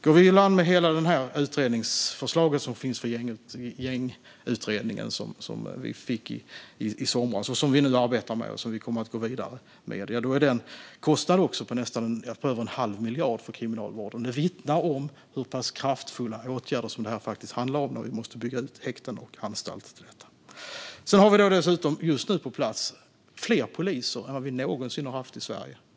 Går vi i land med hela detta utredningsförslag från gängutredningen som vi fick i somras, som vi nu arbetar med och som vi kommer att gå vidare med är det också en kostnad på över en halv miljard för Kriminalvården. Det vittnar om hur kraftfulla åtgärder det faktiskt handlar om när vi måste bygga ut häkten och anstalter för detta. Just nu har vi dessutom fler poliser på plats än vad vi någonsin har haft i Sverige.